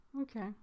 Okay